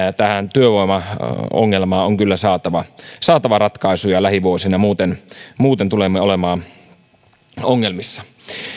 työvoimaongelmaan on kyllä saatava saatava ratkaisuja lähivuosina muuten muuten tulemme olemaan ongelmissa